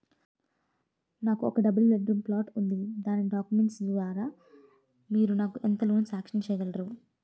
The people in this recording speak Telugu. నాకు ఒక డబుల్ బెడ్ రూమ్ ప్లాట్ ఉంది దాని డాక్యుమెంట్స్ లు ద్వారా మీరు ఎంత లోన్ నాకు సాంక్షన్ చేయగలరు?